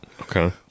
Okay